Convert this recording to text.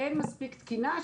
אין מספיק תקינה,